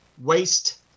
waste